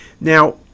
Now